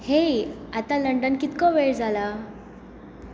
हेय आतां लंडन कितलो वेळ जाला